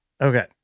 Okay